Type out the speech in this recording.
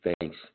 thanks